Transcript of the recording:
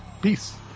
Peace